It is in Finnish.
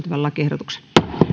lakiehdotuksesta